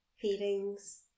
feelings